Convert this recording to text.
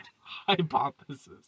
Hypothesis